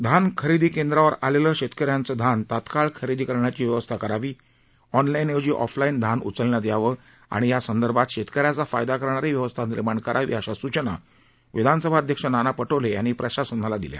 धान खरेदी केंद्रावर आलेलं शेतकऱ्यांचं धान तात्काळ खरेदी करण्याची व्यवस्था करावी ऑनलाईन ऐवजी ऑफलाईन धान उचलण्यात यावं आणि यासंदर्भात शेतकऱ्यांचा फायदा करणारी व्यवस्था निर्माण करावी अशा सूचना विधानसभा अध्यक्ष नाना पटोले यांनी प्रशासनाला दिल्या